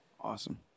awesome